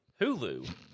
Hulu